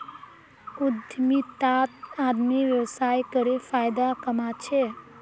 उद्यमितात आदमी व्यवसाय करे फायदा कमा छे